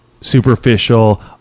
superficial